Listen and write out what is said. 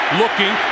looking